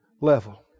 level